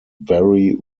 vary